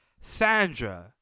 Sandra